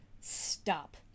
stop